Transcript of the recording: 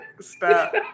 Stop